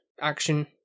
action